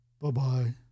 Bye-bye